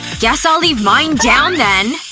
guess i'll leave mine down then.